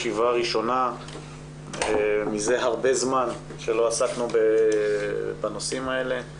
ישיבה ראשונה מזה הרבה זמן שלא עסקנו בנושאים האלה,